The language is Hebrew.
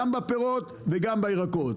גם בפירות וגם בירקות.